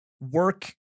work